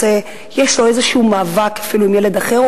יש לו איזה מאבק אפילו עם ילד אחר,